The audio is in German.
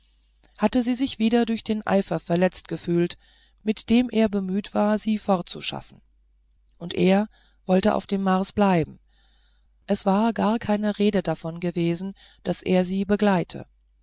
hatte sie sich wieder durch den eifer verletzt gefühlt mit dem er bemüht war sie fortzuschaffen und er wollte auf dem mars bleiben es war gar keine rede davon gewesen daß er sie begleite